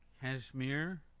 Kashmir